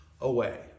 away